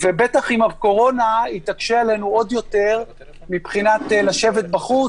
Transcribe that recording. בטח עם הקורונה היא תקשה עלינו מבחינת לשבת בחוץ,